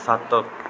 ਸੱਤ